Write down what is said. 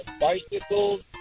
bicycles